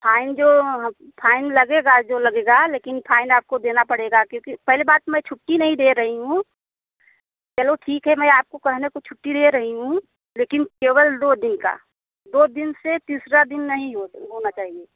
fine जो fine लगेगा जो लगेगा लेकिन फाइन आपको देना पड़ेगा क्योंकि पहली बात तो मैं छुट्टी नहीं दे रही हूँ चलो ठीक है मैं आपको कहने को छुट्टी दे रही हूँ लेकिन केवल दो दिन का दो दिन से तीसरा दिन नहीं हो होना चाहिए